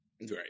Right